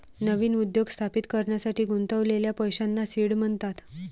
नवीन उद्योग स्थापित करण्यासाठी गुंतवलेल्या पैशांना सीड म्हणतात